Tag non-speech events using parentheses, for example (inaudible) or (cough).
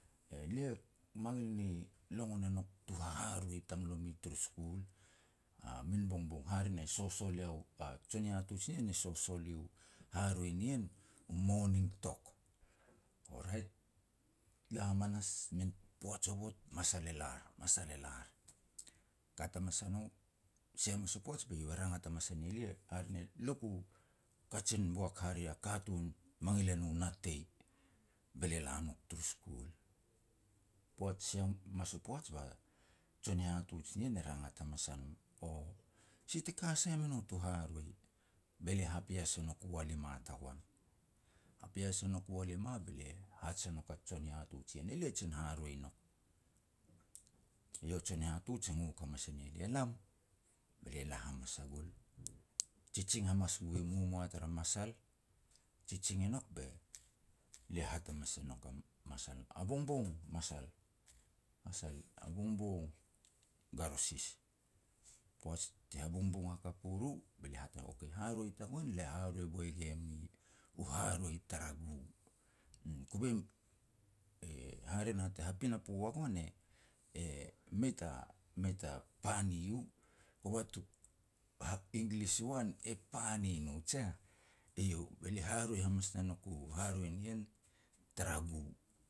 Elia mangil ni longon e nouk tu haharoi tamlomi turu school." A min bongbong, hare ne sosol iau, a jon hihatuj nien e sosol u haroi nien u "morning talk". O rait, la hamanas, min poaj hovot, masal e lar, masal e lar. Kat hamas a no, sia hamas u poaj, be iau e rangat hamas e ne lia, hare ne luku kajin boak hare a katun mangil e no natei, be lia nouk turu skul. Poaj sia (unintelligible) sia hamas u poaj ba jon hihatuj nien e rangat hamas a no, (hesitation) "Si te ka sai me no tu haroi." Be lia hapias e nouk u walima tagoan. Hapias e nouk u walima be lia haj e nouk a jon hihatuj nien, "Elia jin haroi nouk." Ba jon hihatuj e ngok hamas e ne lia, "Lam". Be lia la hamas a gul, jijin hamas gui momoa tara masal, jijin i nouk be lia hat hamas e nouk a masal, "A bongbong masal", masal, "A bongbong Garosis". Poaj ti ha bongbong hakap u ru, be lia hat e nouk eru, "Okay, haroi tagoan le haroi boi gue mi u haroi tara gu", uum. Kove, hare na te ha pinapo ua goan e-e mei ta-mei ta pani u. Kova tuk ha English u an e pani no jiah. Be lia haroi hamas ne nouk u haroi nien, tara gu.